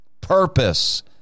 purpose